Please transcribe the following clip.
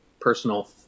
personal